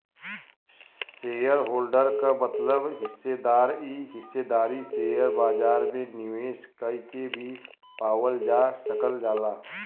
shareholder क मतलब हिस्सेदार इ हिस्सेदारी शेयर बाजार में निवेश कइके भी पावल जा सकल जाला